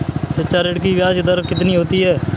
शिक्षा ऋण की ब्याज दर कितनी होती है?